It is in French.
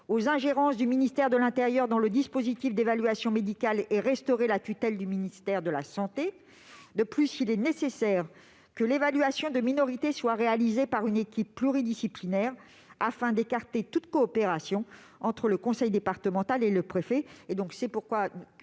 aux ingérences du ministère de l'intérieur dans le dispositif d'évaluation médicale, ainsi que de restaurer la tutelle du ministère de la santé. De plus, il est nécessaire que l'évaluation de minorité soit réalisée par une équipe pluridisciplinaire afin d'écarter toute coopération entre le conseil départemental et le préfet. C'est pourquoi